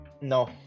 No